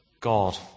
God